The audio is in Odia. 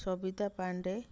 ସବିତା ପାଣ୍ଡେ